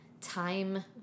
time